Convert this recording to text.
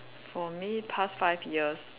for me past five years